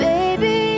Baby